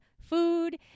food